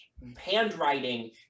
handwriting